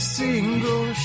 single